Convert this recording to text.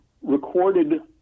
recorded